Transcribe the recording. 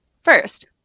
First